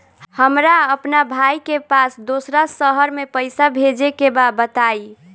हमरा अपना भाई के पास दोसरा शहर में पइसा भेजे के बा बताई?